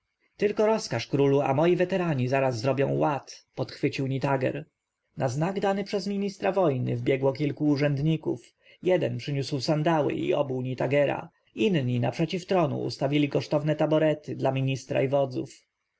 tylko rozkaż królu a moi weterani zaraz zrobią ład podchwycił nitager na znak dany przez ministra wojny wbiegło kilku urzędników jeden przyniósł sandały i obuł nitagera inni naprzeciw tronu ustawili kosztowne taborety dla ministra i wodzów